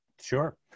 Sure